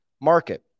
market